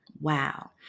wow